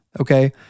Okay